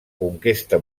conquesta